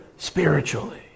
Spiritually